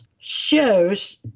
shows